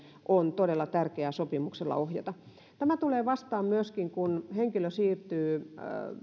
on todella tärkeää sopimuksella ohjata tämä tulee vastaan myöskin kun henkilö siirtyy